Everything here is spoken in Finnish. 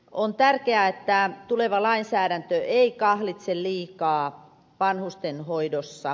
on tärkeää että tuleva lainsäädäntö ei kahlitse liikaa vanhusten hoidossa